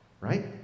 right